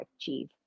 achieve